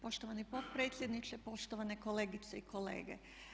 Poštovani potpredsjedniče, poštovane kolegice i kolege.